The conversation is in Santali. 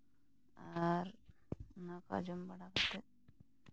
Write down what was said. ᱟᱨ ᱚᱱᱟᱠᱚ ᱡᱚᱢ ᱵᱟᱲᱟ ᱠᱟᱛᱮ